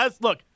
Look